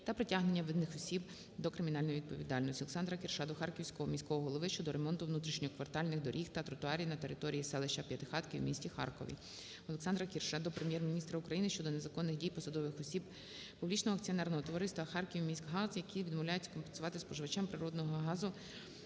та притягнення винних осіб до кримінальної відповідальності. ОлександраКірша до Харківського міського голови щодо ремонту внутрішньоквартальних доріг та тротуарів на території селища П'ятихатки в місті Харкові. ОлександраКірша до Прем'єр-міністра України щодо незаконних дій посадових осіб Публічного акціонерного товариства "Харківміськгаз", які відмовляються компенсувати споживачам природного газу